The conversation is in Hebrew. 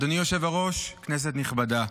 אדוני היושב-ראש, כנסת נכבדה,